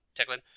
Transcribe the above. Techland